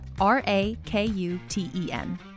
R-A-K-U-T-E-N